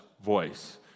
Voice